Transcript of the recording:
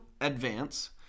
advance